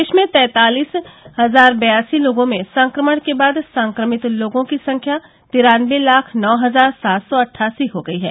देश में तैंतालिस हजार बयासी लोगों में संक्रमण के बाद संक्रमित लोगों की संख्या तिरानबे लाख नौ हजार सात सौ अट्ठासी हो गई है